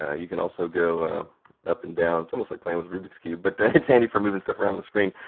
ah you can also go up and down. it's almost like playing with a rubik's cube. but it's handy for moving stuff around on the screen.